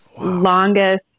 longest